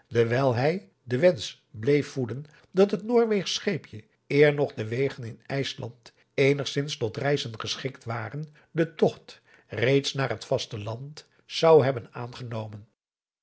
dewijl hij den wensch bleef voeden dat het noorweegsch scheepje eer nog de wegen in ijsland eenigzins tot reizen geschikt waren den togt reeds naar het vaste land zou hebben aangenomen